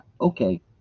okay